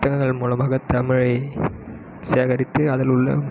புத்தகங்கள் மூலமாக தமிழை சேகரித்து அதில் உள்ள